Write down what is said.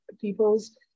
peoples